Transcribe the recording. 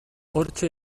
hortxe